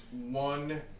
one